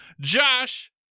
Josh